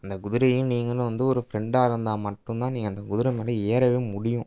அந்த குதிரையும் நீங்களும் வந்து ஒரு ஃப்ரெண்டாக இருந்தால் மட்டும் தான் நீங்கள் அந்த குதிரை மேலே ஏறவே முடியும்